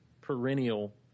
perennial